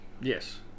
Yes